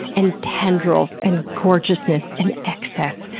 and tendrils, and gorgeousness, and excess.